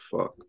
fuck